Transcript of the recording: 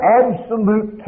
absolute